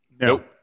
Nope